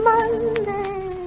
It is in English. Monday